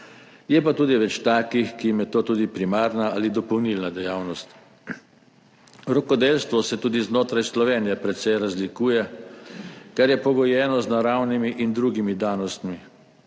je pa tudi več takih, ki jim je to tudi primarna ali dopolnilna dejavnost. Rokodelstvo se tudi znotraj Slovenije precej razlikuje, kar je pogojeno z naravnimi in drugimi danostmi.